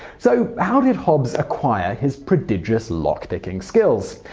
so how did hobbs acquire his prodigious lock picking skills?